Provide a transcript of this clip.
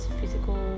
physical